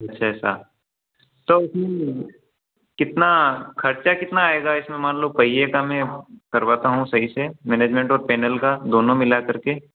अच्छा अच्छा तो उसमें कितना खर्चा कितना आएगा इसमें मान लो पहिये का मैं करवात हूँ सही से मैनेजमेंट और पैनल का दोनों मिला कर के